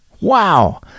Wow